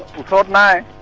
had nine